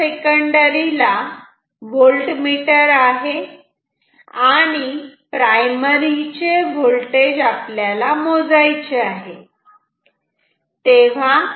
आता याच्या सेकंडरी ला व्होल्टमीटर आहे आणि प्रायमरी चे व्होल्टेज मोजायचे आहे